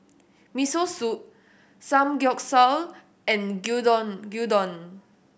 Miso Soup Samgeyopsal and Gyudon Gyudon